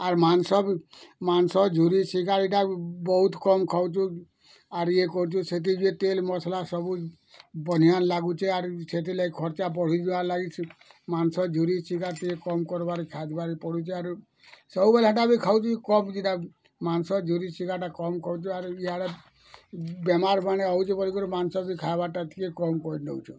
ଆର୍ ମାଂସ ବି ମାଂସ ଝୁରି ଶିକା ଏଇଟା ବହୁତ୍ କମ୍ ଖାଉଛୁ ଆର୍ ଇଏ କରୁଛୁ ସେତିକି ତେଲ୍ ମସଲା ସବୁ ବନିଆ ଲାଗୁଛି ଆରୁ ସେଥିର୍ ଲାଗି ଖର୍ଚ୍ଚା ବଢ଼ିଯିବାରେ ଲାଗିଛି ମାଂସ ଝୁରି ଶିକା ଟିକେ କମ୍ କର୍ବାରେ ଖାଇବାରେ ପଡ଼ୁଛି ଆରୁ ସବୁବେଲେ ହେଟାବି ଖାଉଛି ଦୁଇଟା ମାଂସ ଝୁରି ଶିକାଟା କମ୍ ଆରେ ଇଆଡ଼େ ବେମାର୍ ପାଣି ହଉଛୁ ବୋଲିକରି ମାଂସ ବି ଖାଇବାଟା ଟିକେ କମ୍ କରି ଦଉଛୁଁ